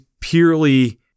purely